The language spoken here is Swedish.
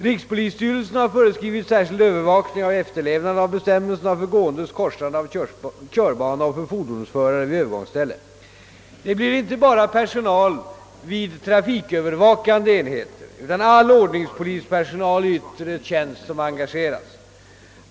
Rikspolisstyrelsen har föreskrivit särskild övervakning av efterlevnaden av bestämmelserna för gåendes korsande av körbana och för fordonsförare vid övergångsställe. Det blir inte bara personal vid trafikövervakande enheter utan all ordningspolispersonal i yttre tjänst som engageras.